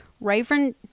Raven